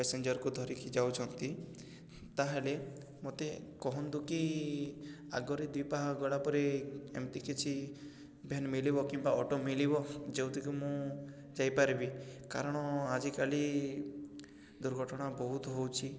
ପ୍ୟାସେଞ୍ଜରକୁ ଧରିକି ଯାଉଛନ୍ତି ତାହେଲେ ମୋତେ କହନ୍ତୁ କି ଆଗରେ ଦିପହା ଗଳା ପରେ ଏମିତି କିଛି ଭ୍ୟାନ୍ ମଲିବ କିମ୍ବା ଅଟୋ ମଲିବ ଯେଉଁଠିକି ମୁଁ ଯାଇପାରିବି କାରଣ ଆଜିକାଲି ଦୁର୍ଘଟଣା ବହୁତ ହେଉଛି